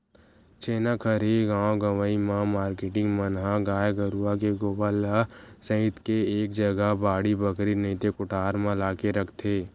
छेना खरही गाँव गंवई म मारकेटिंग मन ह गाय गरुवा के गोबर ल सइत के एक जगा बाड़ी बखरी नइते कोठार म लाके रखथे